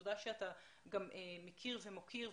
תודה שאתה גם מכיר ומוקיר,